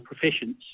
professions